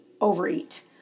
overeat